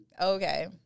okay